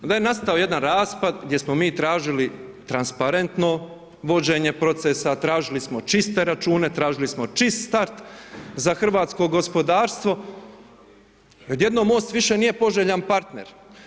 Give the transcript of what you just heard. Onda je nastao jedan raspad gdje smo mi tražili transparentno vođenje procesa, tražili smo čiste račune, tražili smo čita za hrvatsko gospodarstvo i odjednom MOST više nije poželjan partner.